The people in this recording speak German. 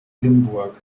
limburg